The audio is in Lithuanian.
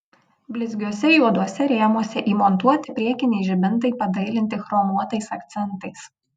blizgiuose juoduose rėmuose įmontuoti priekiniai žibintai padailinti chromuotais akcentais